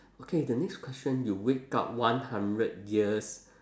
okay the next question you wake up one hundred years